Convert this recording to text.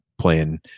playing